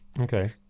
okay